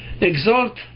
exalt